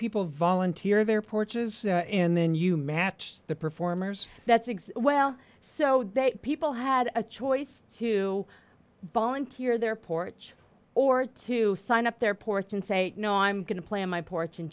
people volunteer their porches and then you match the performers that's exe well so people had a choice to volunteer their porch or to sign up their porch and say no i'm going to play on my porch and